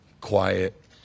Quiet